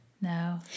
no